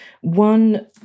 one